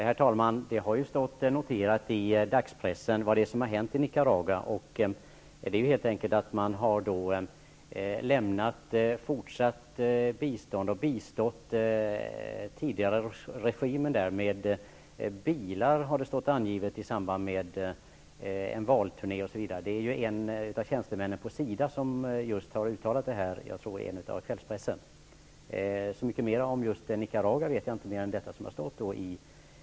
Herr talman! Det har stått i dagspressen vad som har hänt i Nicaragua. Man har helt enkelt lämnat fortsatt bistånd. Man har bistått den tidigare regimen med bilar i samband med en valturné osv. Det är en tjänsteman på SIDA som har uttalat detta i kvällspressen. Så mycket mer om Nicaragua vet jag inte, annat än det som stått i pressen.